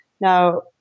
Now